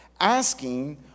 asking